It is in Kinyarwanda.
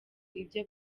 ibyo